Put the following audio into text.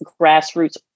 grassroots